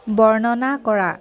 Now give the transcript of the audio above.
বৰ্ণনা কৰা